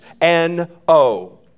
N-O